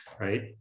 right